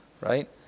Right